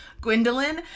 Gwendolyn